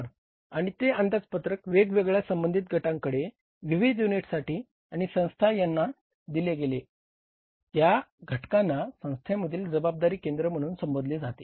आणि ते अंदाजपत्रक वेगवेगळ्या संबंधित गटांकडे विविध युनिट्स आणि संस्थां यांना दिले गेले या घटकांना संस्थेमधील जबाबदारी केंद्र म्हणून संबोधले जाते